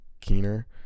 Keener